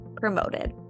promoted